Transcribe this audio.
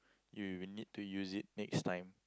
you will need to use it next time